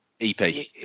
EP